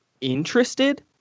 interested